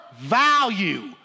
value